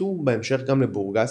התפשטו בהמשך גם לבורגס,